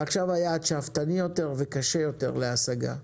ועכשיו היעד הוא שאפתני יותר וקשה יותר להשגה.